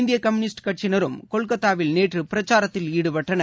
இந்தியகம்யூனிஸ்ட் கட்சியினரும் கொல்கத்தாவில் நேற்றுபிரச்சாரத்தில் ஈடுபட்டனர்